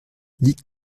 liegt